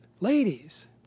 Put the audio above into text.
Ladies